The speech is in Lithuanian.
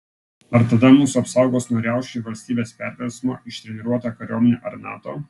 ar tada mus apsaugos nuo riaušių ir valstybės perversmo ištreniruota kariuomenė ar nato